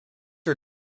are